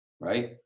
right